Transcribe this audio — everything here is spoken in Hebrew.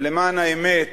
ולמען האמת,